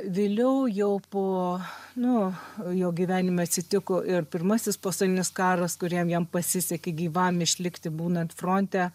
vėliau jau po nu jo gyvenime atsitiko ir pirmasis pasaulinis karas kuriam jam pasisekė gyvam išlikti būnant fronte